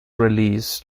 release